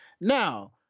Now